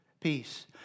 peace